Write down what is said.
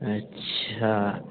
अच्छा